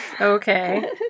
Okay